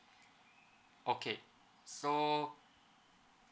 okay so